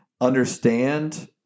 understand